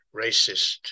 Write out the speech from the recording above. racist